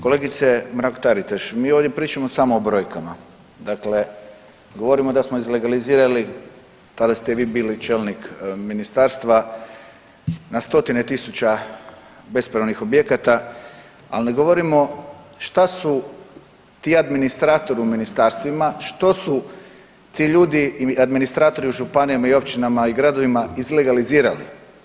Kolegice Mrak Taritaš, mi ovdje pričamo samo o brojkama, dakle govorimo da smo izlegalizirali, tada te vi bili čelnik ministarstva na stotine tisuća bespravnih objekata, ali ne govorimo šta su ti administratori u ministarstvima, što su ti ljudi administratori u županijama, općinama i gradovima izlegalizirali.